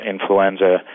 influenza